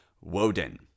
Woden